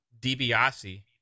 DiBiase